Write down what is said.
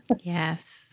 Yes